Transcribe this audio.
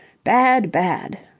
bad, bad!